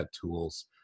tools